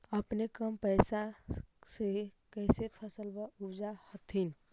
अपने कम पैसा से कैसे फसलबा उपजाब हखिन?